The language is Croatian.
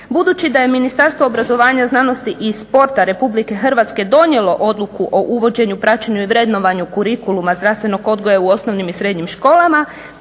Budući da je Ministarstvo obrazovanja, znanosti i sporta RH donijelo Odluku o uvođenju, praćenju i vrednovanju kurikuluma zdravstvenog odgoja u osnovnim i srednjim školama